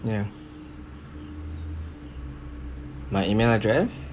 ya my E-mail address